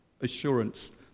assurance